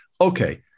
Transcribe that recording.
Okay